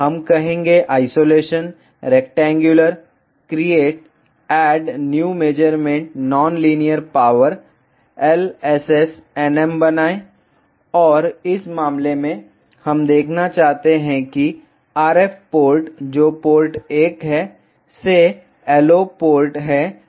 हम कहेंगे isolation rectangular created new measurement non linear power LSSnm बनाएं और इस मामले में हम देखना चाहते हैं कि RF पोर्ट जो पोर्ट 1 है से LO पोर्ट है जो पोर्ट 3 है